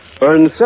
earns